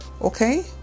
okay